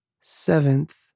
Seventh